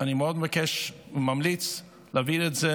אני מאוד מבקש וממליץ להעביר את זה